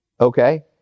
okay